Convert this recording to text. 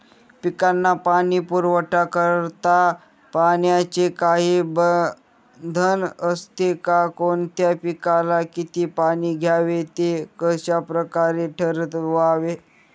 पिकांना पाणी पुरवठा करताना पाण्याचे काही बंधन असते का? कोणत्या पिकाला किती पाणी द्यावे ते कशाप्रकारे ठरवावे?